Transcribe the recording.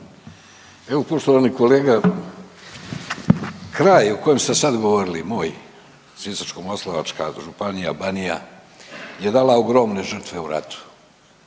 Evo poštovani kolega kraj o kojem ste sada govorili moj Sisačko-moslavačka županija, Banija je dala ogromne žrtve u ratu,